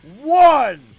one